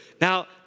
Now